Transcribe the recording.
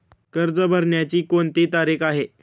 कर्ज भरण्याची कोणती तारीख आहे?